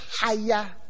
higher